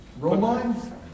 Romine